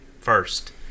first